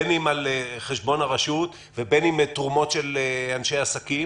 בין אם על חשבון הרשות ובין אם מתרומות של אנשי עסקים.